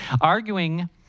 arguing